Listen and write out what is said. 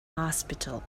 hospital